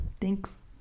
thanks